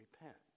repent